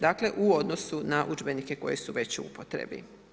Dakle u odnosu na udžbenike koji su već u upotrebi.